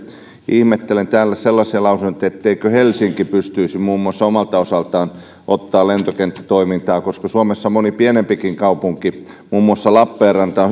ihmettelen täällä sellaisia lausuntoja ettei helsinki pystyisi muun muassa omalta osaltaan ottamaan lentokenttätoimintaa suomessa moni pienempikin kaupunki muun muassa lappeenranta